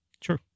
True